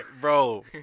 Bro